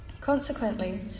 Consequently